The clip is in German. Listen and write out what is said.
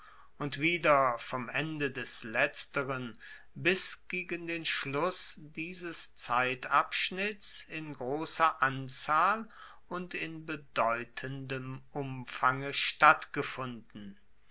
und wieder vom ende des letzteren bis gegen den schluss dieses zeitabschnitts in grosser anzahl und in bedeutendem umfange stattgefunden